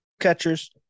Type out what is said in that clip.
catchers